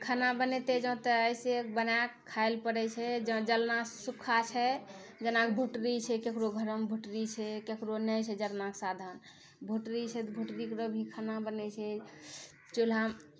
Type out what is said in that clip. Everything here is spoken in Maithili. खाना बनैतै जौँ तऽ एहिसँ बना कऽ खाइ लेल पड़ै छै जौँ जड़ना सूखा छै जेना भुटरी छै ककरो घरेमे भुटरी छै ककरो नहि छै जड़नाके साधन भुटरी छै तऽ भुटरीपर भी खाना बनै छै चुल्हा